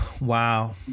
Wow